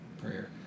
prayer